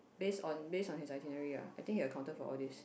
based on based on his itinerary ah I think he accounted for all these